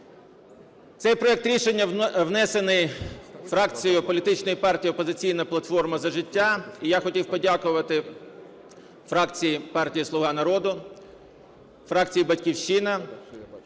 Цей проект рішення внесений фракцією політичної партії "Опозиційна платформа – За життя". І я хотів подякувати фракції партії "Слуга народу", фракції "Батьківщина"